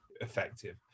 effective